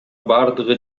бардыгы